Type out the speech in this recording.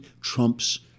Trump's